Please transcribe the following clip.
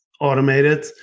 automated